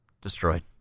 destroyed